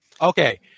Okay